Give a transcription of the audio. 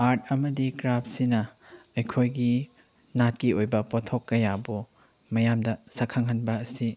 art ꯑꯃꯗꯤ ꯀ꯭ꯔꯥꯐꯁꯤꯅ ꯑꯩꯈꯣꯏꯒꯤ ꯅꯥꯠꯀꯤ ꯑꯣꯏꯕ ꯄꯣꯠꯊꯣꯛ ꯀꯌꯥꯕꯨ ꯃꯌꯥꯝꯗ ꯁꯛ ꯈꯪꯍꯟꯕ ꯑꯁꯤ